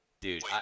dude